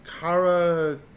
Kara